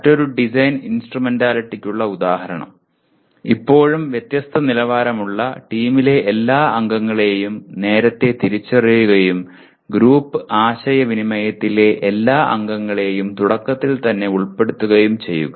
മറ്റൊരു ഡിസൈൻ ഇൻസ്ട്രുമെന്റാലിറ്റിക്കുള്ള ഉദാഹരണം ഇപ്പോഴും വ്യത്യസ്ത നിലവാരമുള്ള ടീമിലെ എല്ലാ അംഗങ്ങളെയും നേരത്തെ തിരിച്ചറിയുകയും ഗ്രൂപ്പ് ആശയവിനിമയത്തിലെ എല്ലാ അംഗങ്ങളെയും തുടക്കത്തിൽ തന്നെ ഉൾപ്പെടുത്തുകയും ചെയ്യുക